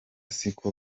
siko